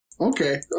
Okay